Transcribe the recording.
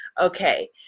okay